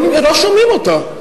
לא שומעים אותה.